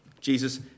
Jesus